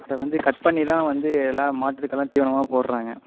அதை வந்து கட் பண்ணி தான் வந்து எல்லாம் மாட்டு இதுக்கெல்லாம் தீவனமாக போடுகிறாங்க